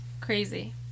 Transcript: crazy